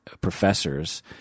professors